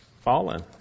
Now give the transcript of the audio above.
fallen